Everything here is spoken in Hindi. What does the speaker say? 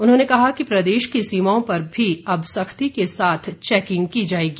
उन्होंने कहा कि प्रदेश की सीमाओं पर भी अब सख्ती के साथ चैकिंग की जाएगी